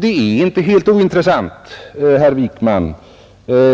Det är inte helt ointressant, herr Wijkman,